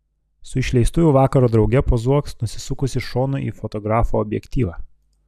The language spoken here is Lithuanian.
su išleistuvių vakaro drauge pozuok nusisukusi šonu į fotografo objektyvą